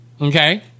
Okay